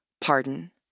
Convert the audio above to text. pardon